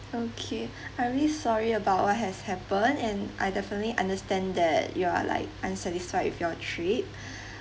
okay I'm really sorry about what has happened and I definitely understand that you are like unsatisfied with your trip